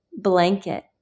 blanket